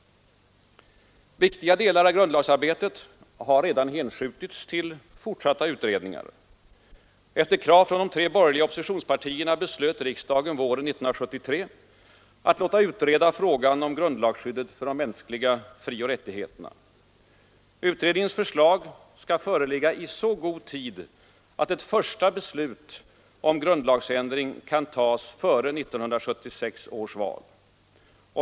Viktiga delar av grundlagsarbetet har redan hänskjutits till fortsatta utredningar. Efter krav från de tre borgerliga oppositionspartierna beslöt riksdagen våren 1973 att låta utreda frågan om grundlagsskyddet för de mänskliga frioch rättigheterna. Utredningens förslag skall föreligga i så god tid, att ett första beslut om grundlagsändring kan tas före 1976 års val.